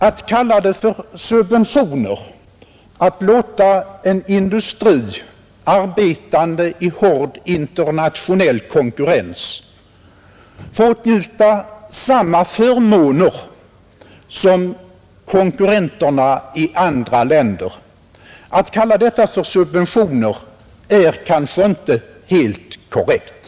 Att kalla det för subventioner, när man låter en industri, arbetande i hård internationell konkurrens, få åtnjuta samma förmåner som konkurrenterna i andra länder, det är kanske inte helt korrekt.